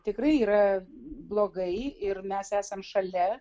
tikrai yra blogai ir mes esam šalia